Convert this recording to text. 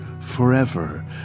forever